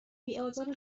بیآزار